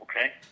Okay